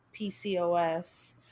PCOS